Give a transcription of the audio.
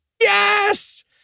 Yes